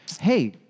Hey